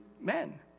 men